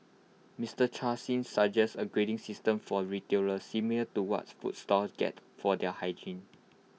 Mister chan Sean suggests A grading system for retailers similar to what food stalls get for their hygiene